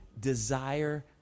desire